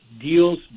deals